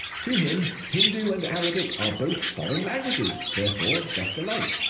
to him hindu and arabic are both foreign languages, therefore just alike.